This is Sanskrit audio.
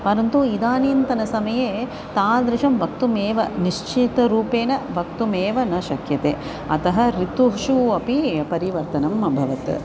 परन्तु इदानींतनसमये तादृशं वक्तुमेव निश्चितरूपेण वक्तुमेव न शक्यते अतः ऋतुषु अपि परिवर्तनम् अभवत्